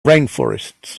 rainforests